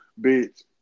bitch